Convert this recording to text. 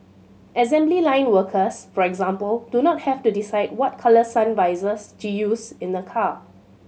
assembly line workers for example do not have to decide what colour sun visors to use in a car